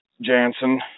Jansen